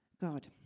God